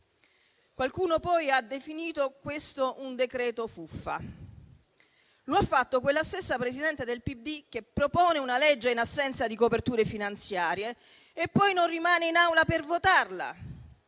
Qualcuno poi ha definito questo un decreto fuffa: lo ha fatto quella stessa Presidente del PD che propone una legge in assenza di coperture finanziarie e poi non rimane in Aula per votarla.